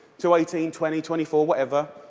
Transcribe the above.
so eighteen, twenty, twenty four, whatever,